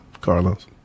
Carlos